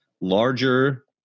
larger